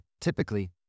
Typically